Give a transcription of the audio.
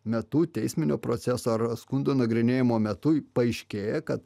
metu teisminio proceso ar skundo nagrinėjimo metu paaiškėja kad